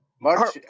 March